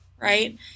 right